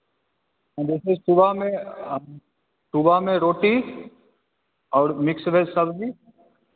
हाँ जैसे सुबहा में सुबहा में रोटी और मिक्स वेज सब्ज़ी